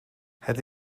het